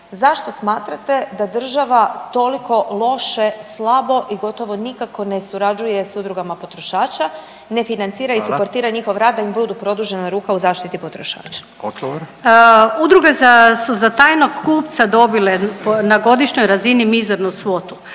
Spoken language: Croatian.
zašto smatrate da država toliko loše, slabo i gotovo nikako ne surađuje sa udrugama potrošača, ne financira i suportira njihov rad da im budu produžena ruka u zaštiti potrošača? **Radin, Furio (Nezavisni)** Hvala.